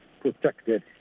protected